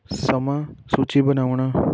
ਸਮਾਂ ਸੂਚੀ ਬਣਾਉਣਾ